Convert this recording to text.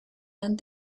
and